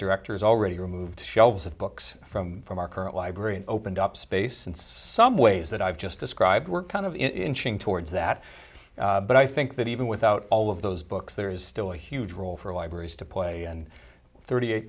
directors already removed the shelves of books from from our current library and opened up space in some ways that i've just described we're kind of inching towards that but i think that even without all of those books there is still a huge role for libraries to play and thirty eight